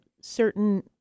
certain